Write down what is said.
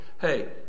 Hey